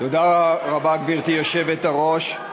תודה רבה, גברתי היושבת-ראש.